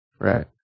right